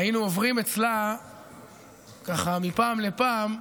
היינו עוברים אצלה ככה מפעם לפעם,